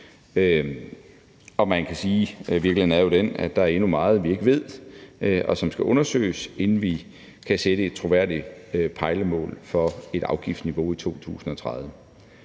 jo er den, at der endnu er meget, vi ikke ved, og som skal undersøges, inden vi kan sætte et troværdigt pejlemål for et afgiftsniveau i 2030.